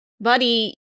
Buddy